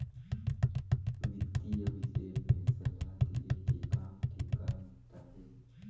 वितीय विषय में सलाह देहे के काम के का महत्ता हे?